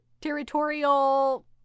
territorial